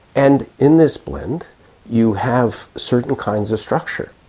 and in this blend you have certain kinds of structure.